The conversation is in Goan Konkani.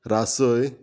रासय